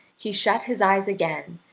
he shut his eyes again,